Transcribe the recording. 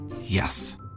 Yes